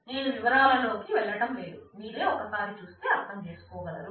నేను వివరాలలోకి వెళ్లటం లేదు మీరే ఒకసారి చూస్తే అర్థం చేసుకోగలరు